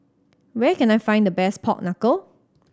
where can I find the best pork knuckle